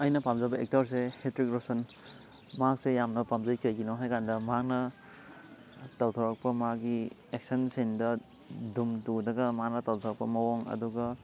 ꯑꯩꯅ ꯄꯥꯝꯖꯕ ꯑꯦꯛꯇꯔꯁꯦ ꯍꯔꯤꯊꯤꯛ ꯔꯣꯁꯟ ꯃꯥꯁꯦ ꯌꯥꯝꯅ ꯄꯥꯝꯖꯩ ꯀꯩꯒꯤꯅꯣ ꯍꯥꯏꯀꯥꯟꯗ ꯃꯍꯥꯛꯅ ꯇꯧꯊꯣꯔꯛꯄ ꯃꯥꯒꯤ ꯑꯦꯛꯁꯟ ꯁꯤꯟꯗ ꯗꯨꯝ ꯇꯨꯗꯒ ꯃꯥꯅ ꯇꯧꯊꯣꯔꯛꯄ ꯃꯑꯣꯡ ꯑꯗꯨꯒ